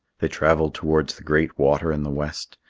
they travelled towards the great water in the west,